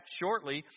shortly